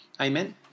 Amen